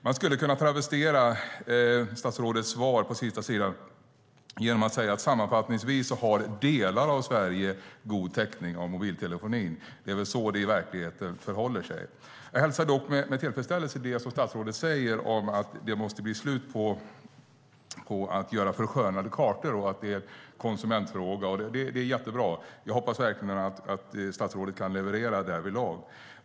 Man skulle kunna travestera slutet av statsrådets svar genom att säga: Sammanfattningsvis har delar av Sverige god täckning för mobiltelefoni. Det är väl så det i verkligheten förhåller sig. Jag hälsar dock med tillfredsställelse det som statsrådet säger om att det måste bli slut på att göra förskönande kartor och att det är en konsumentfråga. Det är jättebra. Jag hoppas verkligen att statsrådet kan leverera därvidlag.